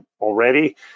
already